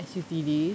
S_U_T_D